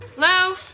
Hello